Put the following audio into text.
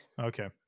Okay